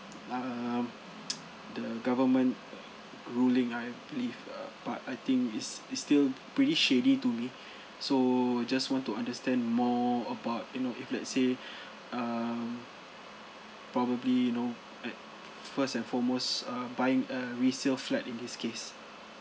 um the government ruling I believe uh but I think it's it's still pretty shady to me so I just want to understand more about you know if let's say um probably you know at first and foremost uh buying a resale flat in this case